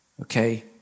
okay